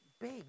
big